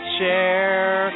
share